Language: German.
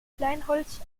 kleinholz